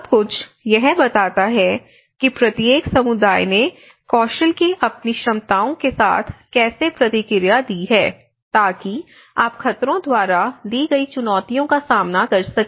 सब कुछ यह बताता है कि प्रत्येक समुदाय ने कौशल की अपनी क्षमताओं के साथ कैसे प्रतिक्रिया दी है ताकि आप खतरों द्वारा दी गई चुनौतियों का सामना कर सकें